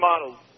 models